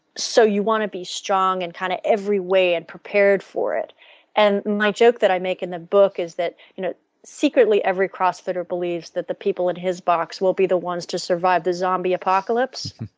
so you want to be strong in and kind of every way and prepared for it and my joke that i make in the book is that you know secretly every crossfitter believes that the people in his box will be the ones to survive the zombie apocalypse,